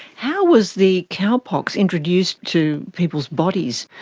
how was the cowpox introduced to people's bodies?